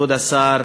כבוד השר,